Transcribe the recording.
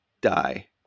die